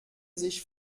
sich